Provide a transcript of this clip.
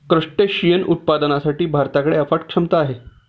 crustacean उत्पादनासाठी भारताकडे अफाट क्षमता आहे